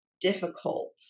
difficult